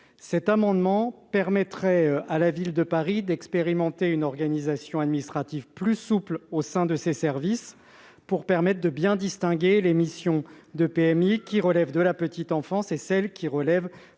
cet amendement permettrait à la Ville de Paris d'expérimenter une organisation administrative plus souple au sein de ces services, pour bien distinguer les missions de PMI qui relèvent de la petite enfance et celles qui relèvent